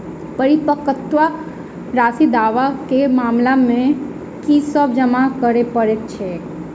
परिपक्वता राशि दावा केँ मामला मे की सब जमा करै पड़तै छैक?